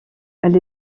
elle